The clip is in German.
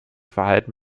verhalten